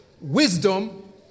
wisdom